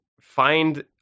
find